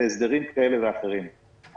בהסדרים כאלה ואחרים.